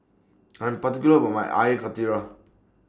I'm particular about My Air Karthira